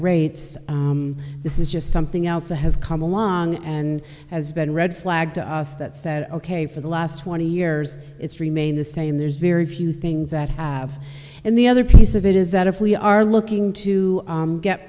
rates this is just something else that has come along and has been red flag to us that said ok for the last twenty years it's remained the same there's very few things that have and the other piece of it is that if we are looking to get get